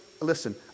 listen